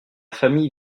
famille